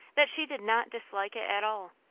that she did not dislike it at all.